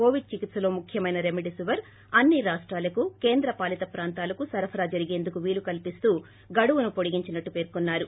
Covid చికిత్సలో ముఖ్యమైన remdesivir అన్ని రాష్టాలకు కేంద్ర పాలీత ప్రాంతాలకు సరఫరా జరిగేందుకు వీలు కల్పిస్తూ గడువును పొడిగించినట్టు పేర్కొన్నారు